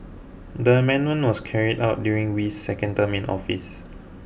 the amendment was carried out during Wee's second term in office